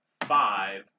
five